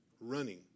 running